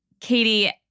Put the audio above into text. Katie